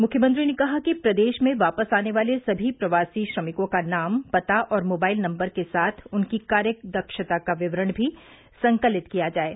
मुख्यमंत्री ने कहा कि प्रदेश में वापस आने वाले सभी प्रवासी श्रमिकों का नाम पता और मोबाइल नम्बर के साथ उनकी कार्यदक्षता का विवरण भी संकलित किया जाये